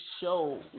show